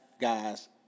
guys